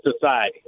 society